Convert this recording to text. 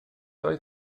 oedd